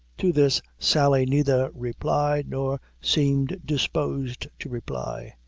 to this sally neither replied, nor seemed disposed to reply.